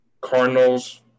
Cardinals